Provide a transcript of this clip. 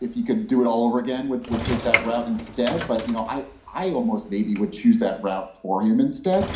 if he could do it all over again, would would take that route instead. but, you know, i i almost maybe would choose that route for him instead